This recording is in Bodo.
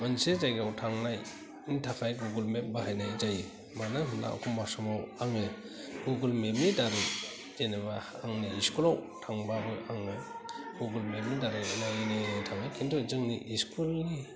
मोनसे जायगायाव थांनायनि थाखाय गुगोल मेप बाहायनाय जायो मानो होनब्ला एखनब्ला समाव आङो गुगोल मेप नि दारै जेन'बा आंनि स्कुलाव थांबा आङो गुगोल मेप नि दारै नायै नायै थाङो किन्तु जोंनि स्कुल नि